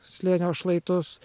slėnio šlaitus